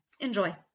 enjoy